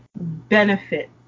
benefit